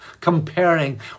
comparing